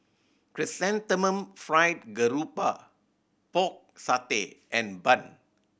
Chrysanthemum Fried Garoupa Pork Satay and bun